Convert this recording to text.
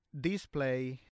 display